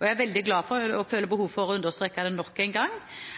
Jeg er veldig glad for – jeg føler behov for å understreke det nok en gang